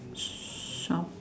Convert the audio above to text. shop